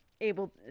able